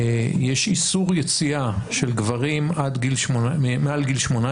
יש איסור יציאה של גברים מעל גיל 18